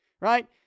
right